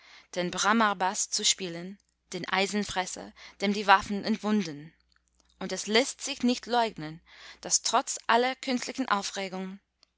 den bramarbas zu spielen den eisenfresser dem die waffen entwunden und es läßt sich nicht leugnen daß trotz aller künstlichen aufregung